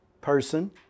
person